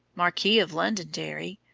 marquis of londonderry,